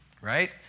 right